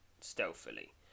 stealthily